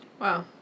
Wow